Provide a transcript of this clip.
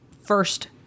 first